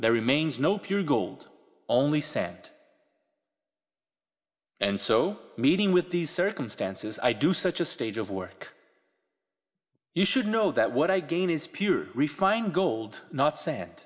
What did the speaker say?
there remains no pure gold only sand and so meeting with these circumstances i do such a stage of work you should know that what i gain is pure refined gold not sand